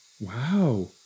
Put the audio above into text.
Wow